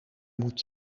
moet